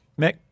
Mick